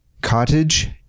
Cottage